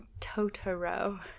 Totoro